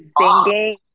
singing